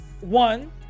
One